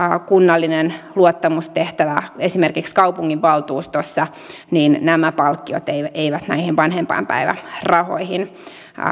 kunnallinen luottamustehtävä esimerkiksi kaupunginvaltuustossa niin nämä palkkiot eivät eivät näihin vanhempainpäivärahoihin